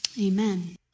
amen